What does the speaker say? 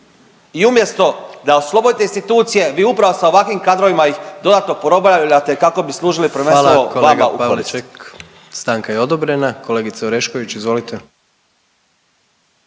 i umjesto da oslobodite institucije vi upravo sa ovakvim kadrovima ih dodatno porobljavate kako bi služili prvenstveno vama u korist.